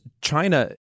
China